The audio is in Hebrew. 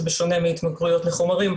שבשונה מהתמכרויות לחומרים,